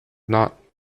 not